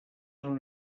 una